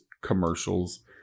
commercials